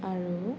আৰু